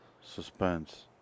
Suspense